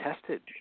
tested